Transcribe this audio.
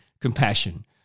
compassion